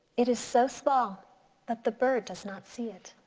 it is so small that the bird does not see it.